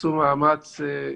עשו מאמץ,